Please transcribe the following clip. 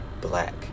black